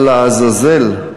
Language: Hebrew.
אבל לעזאזל,